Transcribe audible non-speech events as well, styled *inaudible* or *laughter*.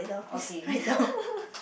okay *laughs*